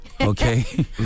Okay